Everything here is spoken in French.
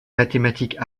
mathématiques